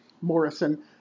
Morrison